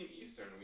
Eastern